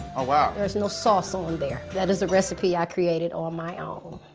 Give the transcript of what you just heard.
oh wow. there's no sauce on there. that is a recipe i created on my own.